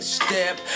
step